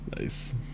Nice